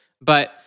But-